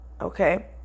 okay